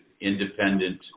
independent